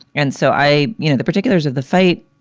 and so i you know the particulars of the fight.